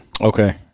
Okay